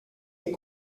est